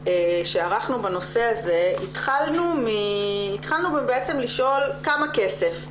שערכנו בנושא הזה, התחלנו בעצם לשאול כמה כסף.